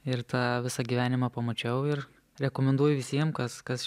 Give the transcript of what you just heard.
ir tą visą gyvenimą pamačiau ir rekomenduoju visiem kas kas